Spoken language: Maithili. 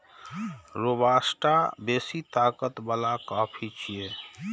रोबास्टा बेसी ताकत बला कॉफी छियै